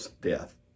death